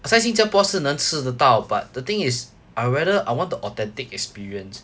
在新加坡是能吃得到 but the thing is I would rather I want the authentic experience